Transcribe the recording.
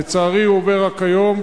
לצערי הוא עובר רק היום,